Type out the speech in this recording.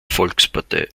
volkspartei